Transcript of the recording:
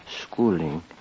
schooling